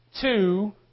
two